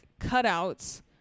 cutouts